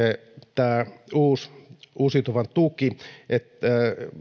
tämä uusi uusiutuvan tuki nivoutuvat silläkin tavalla yhteen että